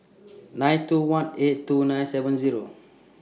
nine two one eight two nine seven Zero